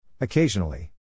Occasionally